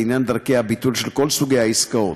לעניין דרכי הביטול של כל סוגי העסקאות.